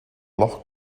loch